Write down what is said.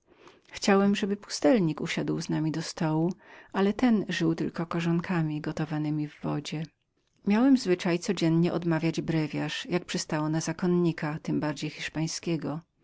ałemchciałem żeby pustelnik usiadł z nami do stołu ale ten żył tylko korzonkami w wodzie gotowanemi miałem zwyczaj codziennego odmawiania brewiarza jak przystało na zakonnika tem bardziej hiszpańskiego